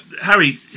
Harry